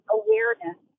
awareness